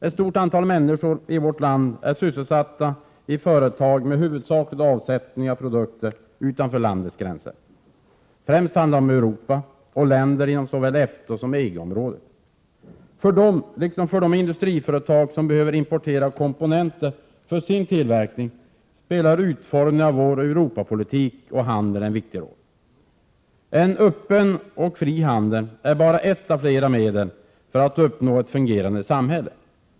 Ett stort antal människor i vårt land är sysselsatta i företag med huvudsaklig avsättning av produkter utanför landets gränser. Främst handlar det om Europa och länder inom såväl EFTA som EG-området. För dessa, liksom för de industriföretag som behöver importera komponenter för sin tillverkning, spelar utformningen av vår Europapolitik och handel en viktig roll. En öppen och fri handel är bara ett av flera medel för att uppnå ett fungerande samhälle.